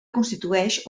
constitueix